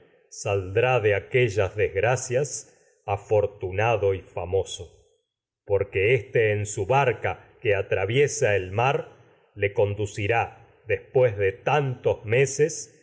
saldrá de aquellas desgracias afortunado en su famoso por le condu que éste barca que atraviesa a el mar cirá después las ninfas el de tantos meses